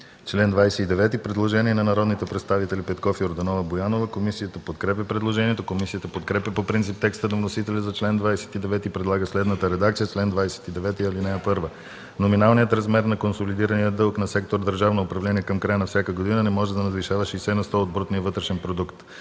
чл. 29 – предложение на народните представители Петков, Йорданова и Боянова. Комисията подкрепя предложението. Комисията подкрепя по принцип текста на вносителя за чл. 29 и предлага следната редакция: „Чл. 29. (1) Номиналният размер на консолидирания дълг на сектор „Държавно управление” към края на всяка година не може да надвишава 60 на сто от брутния вътрешен продукт.